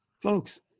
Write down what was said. Folks